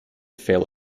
fail